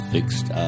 Fixed